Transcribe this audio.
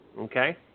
okay